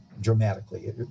dramatically